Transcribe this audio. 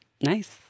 Nice